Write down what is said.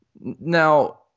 Now